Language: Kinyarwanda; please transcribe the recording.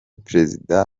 prezida